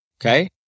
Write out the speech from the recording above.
Okay